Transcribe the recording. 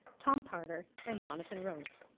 tom potter and jonathan rose.